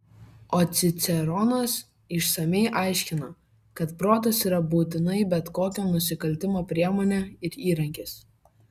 o ciceronas išsamiai aiškina kad protas yra būtina bet kokio nusikaltimo priemonė ir įrankis